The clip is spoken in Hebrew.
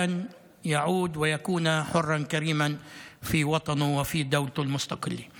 של מי שמגן עליה ושל העם הפלסטיני כולו.